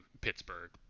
pittsburgh